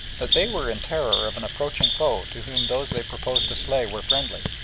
that they were in terror of an approaching foe to whom those they proposed to slay were friendly,